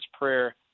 Prayer—